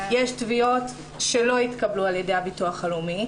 יש תביעות שלא התקבלו על ידי הביטוח הלאומי,